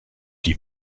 die